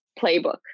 playbook